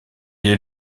est